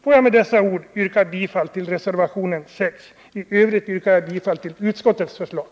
Får jag med dessa ord yrka bifall till reservationen 6 och i övrigt bifall till utskottets förslag.